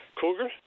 Cougar